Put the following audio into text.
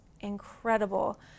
incredible